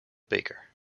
baker